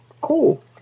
cool